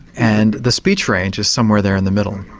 and the speech range is somewhere there in the middle.